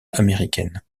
américaine